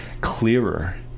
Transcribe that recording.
clearer